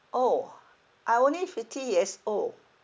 !ow! I only fifty years old